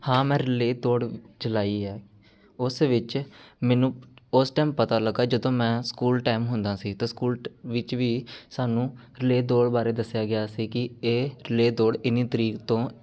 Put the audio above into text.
ਹਾਂ ਮੈਂ ਰਲੇਅ ਦੌੜ ਚਲਾਈ ਆ ਉਸ ਵਿੱਚ ਮੈਨੂੰ ਉਸ ਟਾਈਮ ਪਤਾ ਲੱਗਾ ਜਦੋਂ ਮੈਂ ਸਕੂਲ ਟਾਈਮ ਹੁੰਦਾ ਸੀ ਅਤੇ ਸਕੂਲ ਵਿੱਚ ਵੀ ਸਾਨੂੰ ਰਲੇਅ ਦੌੜ ਬਾਰੇ ਦੱਸਿਆ ਗਿਆ ਸੀ ਕਿ ਇਹ ਰਲੇਅ ਦੌੜ ਇੰਨੀ ਤਰੀਕ ਤੋਂ